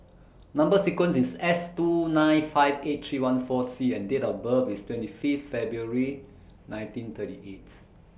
Number sequence IS S two nine five eight three one four C and Date of birth IS twenty Fifth February nineteen thirty eight